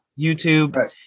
YouTube